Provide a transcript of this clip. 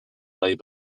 labour